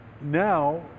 now